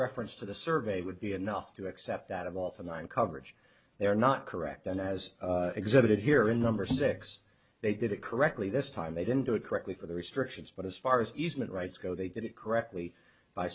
reference to the survey would be enough to accept that of often one coverage they are not correct and as exhibited here in number six they did it correctly this time they didn't do it correctly for the restrictions but as far as easement rights go they did it correctly by